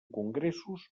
congressos